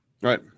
Right